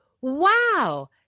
wow